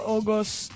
August